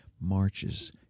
marches